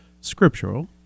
scriptural